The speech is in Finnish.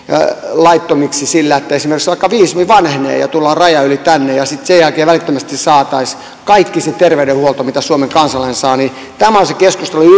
laittomiksi sillä että esimerkiksi vaikka viisumi vanhenee ja tullaan rajan yli tänne ja sitten sen jälkeen välittömästi saataisiin kaikki se terveydenhuolto mitä suomen kansalainen saa tämä on se keskustelun